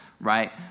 right